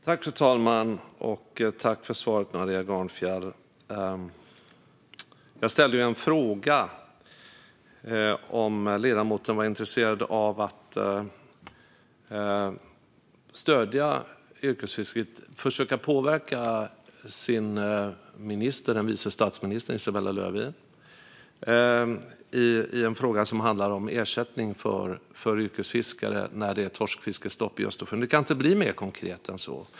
Fru talman! Jag tackar Maria Gardfjell för svaret. Jag ställde frågan om ledamoten var intresserad av att stödja yrkesfisket och försöka påverka sin minister, vice statsminister Isabella Lövin, när det gäller frågan om ersättning för yrkesfiskare när det är torskfiskestopp i Östersjön. Det kan inte bli mer konkret än så.